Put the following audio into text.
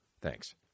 Thanks